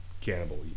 cannibal